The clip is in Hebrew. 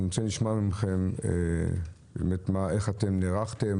אני רוצה לשמוע מכם איך נערכתם,